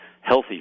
healthy